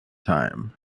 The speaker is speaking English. time